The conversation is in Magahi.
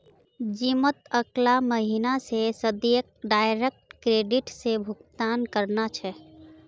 जिमत अगला महीना स सदस्यक डायरेक्ट क्रेडिट स भुक्तान करना छ